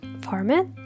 format